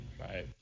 Right